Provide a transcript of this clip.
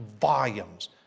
volumes